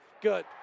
Good